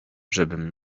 żebym